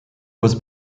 was